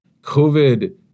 COVID